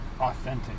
authentic